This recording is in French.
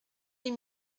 les